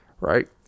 right